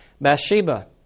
Bathsheba